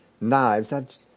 knives